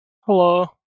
Hello